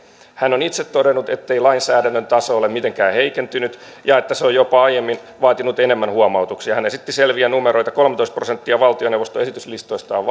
hän on itse todennut ettei lainsäädännön taso ole mitenkään heikentynyt ja että se on jopa aiemmin vaatinut enemmän huomautuksia hän esitti selviä numeroita kolmetoista prosenttia valtioneuvoston esityslistoista on